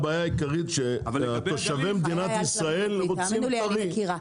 הבעיה העיקרית היא שתושבי מדינת ישראל רוצים טרי.